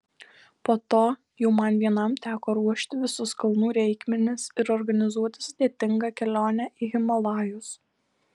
po to jau man vienam teko ruošti visus kalnų reikmenis ir organizuoti sudėtingą kelionę į himalajus